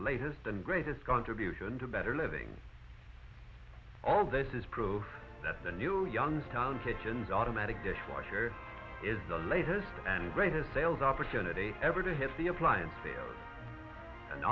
latest and greatest contribution to better living all this is proof that the new youngstown kitchens automatic dishwasher is the latest and greatest sales opportunity ever to hit the appliances an